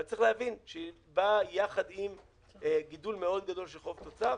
אבל צריך להבין שהיא באה יחד עם גידול מאוד גדול של חוב-תוצר.